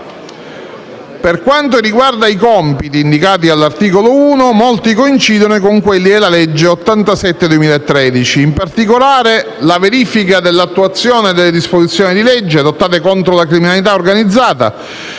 Per quanto riguarda i compiti indicati all'articolo 1, molti coincidono con quelli della legge n. 87 del 2013. In particolare, la verifica dell'attuazione delle disposizioni di legge adottate contro la criminalità organizzata,